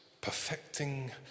perfecting